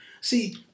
See